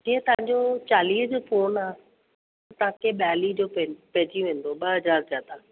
जीअं तव्हांजो चालीह जो फोन आहे तव्हांखे बिआली जो पइजी वेंदो ॿ हज़ार ज़्यादा